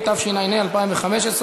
התשע"ה 2015,